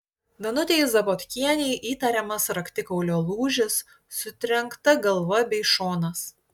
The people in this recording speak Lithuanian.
danutei zabotkienei įtariamas raktikaulio lūžis sutrenkta galva bei šonas